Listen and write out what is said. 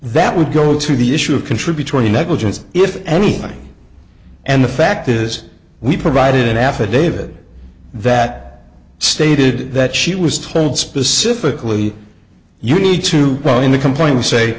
that would go to the issue of contributory negligence if anything and the fact is we provided an affidavit that stated that she was told specifically you need to call in the complaint to say